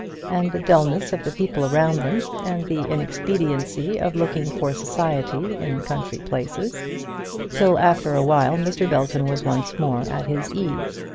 and the dullness of the people around them, and the inexpediency of looking for society in country places till after awhile mr. belton was once more at his ease.